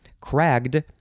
Cragged